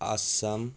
Assam